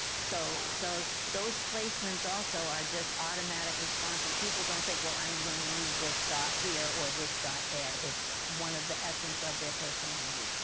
so so those placements also are just automatic responses. people don't think, well, i'm going to move this dot here or this dot there. it's one of the essence of their personality.